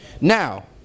Now